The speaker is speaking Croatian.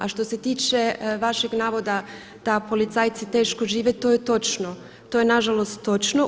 A što se tiče vašeg navoda da policajci teško žive to je točno, to je nažalost točno.